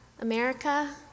America